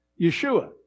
Yeshua